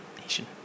nation